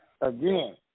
again